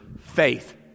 faith